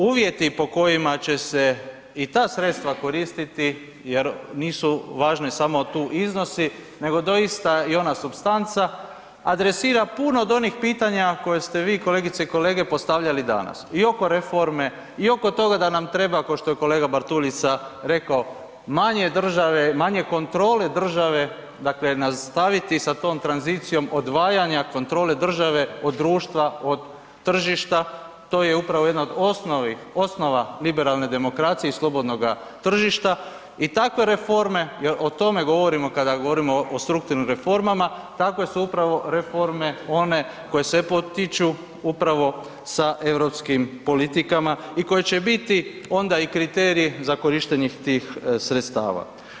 Uvjeti po kojima će se i ta sredstva koristiti jer nisu važni samo tu iznosi nego doista i ona supstanca, adresira puno od onih pitanja koje ste vi kolegice i kolege postavljali danas i oko reforme i oko toga da nam treba, košto je kolega Bartulica rekao, manje države, manje kontrole države, dakle nastaviti sa tom tranzicijom odvajanja kontrole države od društva od tržišta, to je upravo jedna od osnovnih osnova liberalne demokracije i slobodnoga tržišta i takve reforme, jel o tome govorimo kada govorimo o strukturnim reformama, takve su upravo reforme one koje se potiču upravo sa europskim politikama i koje će biti onda i kriteriji za korištenje tih sredstava.